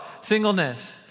Singleness